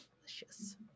Delicious